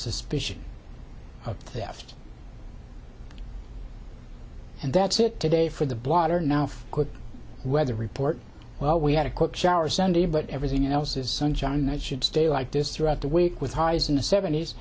suspicion of theft and that's it today for the blotter now for good weather report well we had a quick shower sunday but everything else is sunshine that should stay like this throughout the week with highs in the sevent